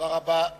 תודה רבה.